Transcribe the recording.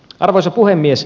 arvoisa puhemies